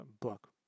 book